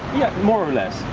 yeah, more or less,